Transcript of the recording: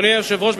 אדוני היושב-ראש,